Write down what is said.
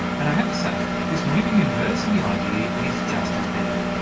and i have to say, this new university idea is just as big.